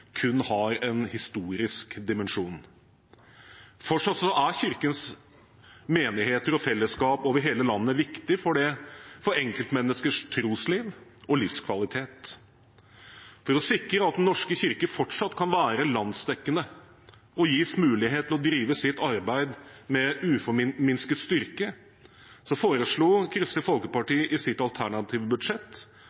kun har en historisk dimensjon. Fortsatt er Kirkens menigheter og fellesskap over hele landet viktig for enkeltmenneskers trosliv og livskvalitet. For å sikre at Den norske kirke fortsatt kan være landsdekkende og gis mulighet til å drive sitt arbeid med uforminsket styrke, foreslo Kristelig